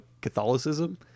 Catholicism